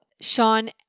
Sean